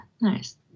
Nice